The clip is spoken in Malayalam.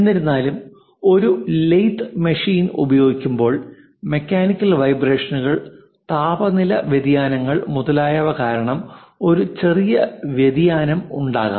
എന്നിരുന്നാലും ഒരു ലേത്ത് മെഷീൻ ഉപയോഗിക്കുമ്പോൾ മെക്കാനിക്കൽ വൈബ്രേഷനുകൾ താപനില വ്യതിയാനങ്ങൾ മുതലായവ കാരണം ഒരു ചെറിയ വ്യതിയാനം ഉണ്ടാകാം